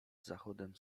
zachodem